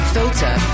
Filter